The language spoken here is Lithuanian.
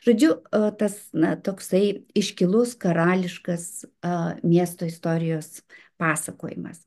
žodžiu tas na toksai iškilus karališkas miesto istorijos pasakojimas